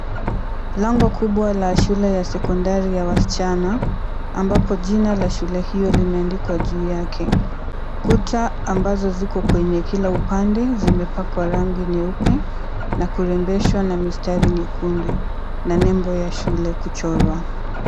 Lango kubwa la shule la sekondari ya wasichana ambapo jina la shule hiyo limeandikwa juu yake, kuta ambazo ziko kwenye kila upande zimepakwa rangi nyeupe na kurembeshwa na mistari nyekundu na nembo ya shule kuchorwa.